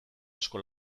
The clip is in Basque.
asko